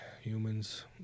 humans